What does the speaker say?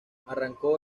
arrancó